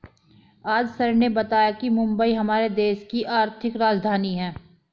आज सर ने बताया कि मुंबई हमारे देश की आर्थिक राजधानी है